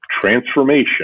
transformation